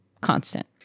constant